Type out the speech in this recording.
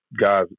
guys